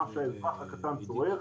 מה שהאזרח הקטן צורך,